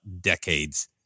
decades